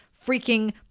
freaking